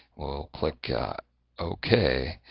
will click ok.